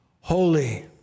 Holy